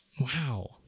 Wow